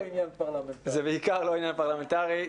זה בעיקר לא עניין פרלמנטרי.